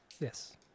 Yes